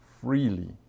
freely